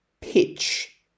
pitch